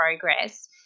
progress